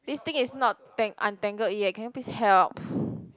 this thing is not tang~ untangled yet can you please help